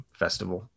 festival